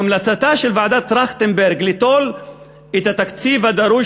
המלצתה של ועדת טרכטנברג ליטול את התקציב הדרוש